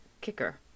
kicker